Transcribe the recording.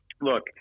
look